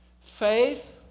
Faith